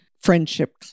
friendship